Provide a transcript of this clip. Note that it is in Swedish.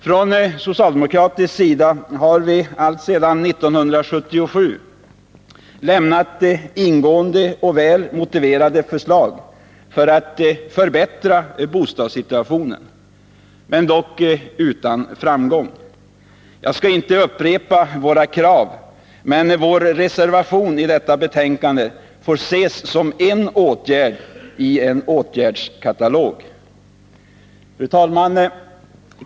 Från socialdemokratisk sida har vi sedan 1977 lämnat ingående och väl motiverade förslag för att förbättra bostadssituationen — dock utan framgång. Jag skall inte upprepa våra krav, men vår reservation vid detta betänkande får ses som en åtgärd i en åtgärdskatalog.